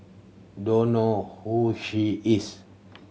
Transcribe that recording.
don't know who she is